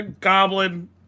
Goblin